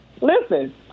Listen